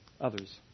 Others